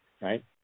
right